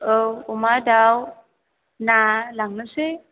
औ अमा दाउ ना लांनोसै